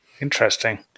Interesting